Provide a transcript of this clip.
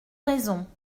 raisons